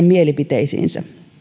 mielipiteisiin